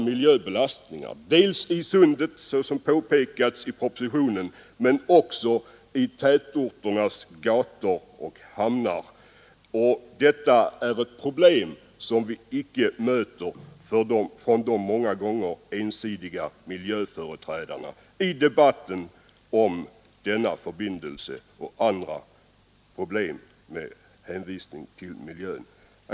Det gäller, såsom påpekats i propositionen, dels sjösäkerheten i Sundet, dels fordonsbeslastningen på gator och i hamnar i de berörda städerna. Detta är ett problem som inte tas upp i den många gånger ensidiga argumentationen från miljöföreträdarna i debatten om broförbindelsen och om andra frågor som sammanhänger med miljön.